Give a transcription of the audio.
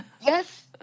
yes